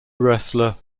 wrestler